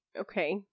Okay